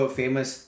famous